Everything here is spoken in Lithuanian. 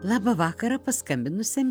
labą vakarą paskambinusiam į sveikinimų ratą